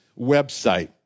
website